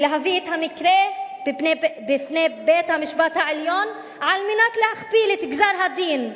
ולהביא את המקרה בפני בית-המשפט העליון על מנת להכפיל את גזר-הדין,